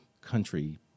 country